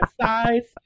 size